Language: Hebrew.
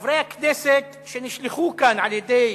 חברי הכנסת שנשלחו לכאן על-ידי